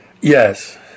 Yes